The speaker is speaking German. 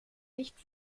nicht